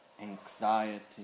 anxiety